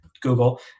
Google